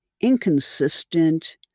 inconsistent